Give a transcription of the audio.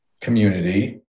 community